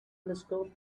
telescope